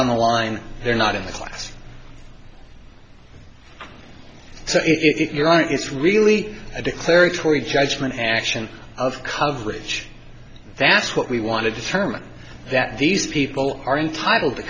on the line they're not in the class so if you're on it it's really a declaratory judgment action of coverage that's what we want to determine that these people are entitled to